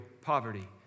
poverty